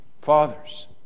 Fathers